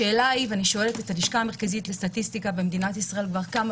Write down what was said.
אני שואלת את הלשכה המרכזית לסטטיסטיקה במדינת ישראל כבר כמה